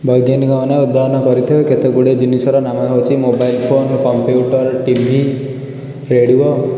ବୈଜ୍ଞାନିକମାନେ ଉଦ୍ଭାବନ କରିଥିବା କେତେଗୁଡ଼ିଏ ଜିନିଷର ନାମ ହୋଉଛି mobile phone computer TV radio